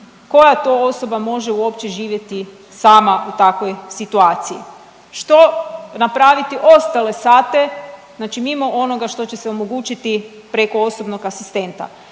Koja to osoba može uopće živjeti sama u takvoj situaciji? Što napraviti ostale sate, znači mimo onoga što će se omogućiti preko osobnog asistenta?